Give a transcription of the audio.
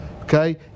okay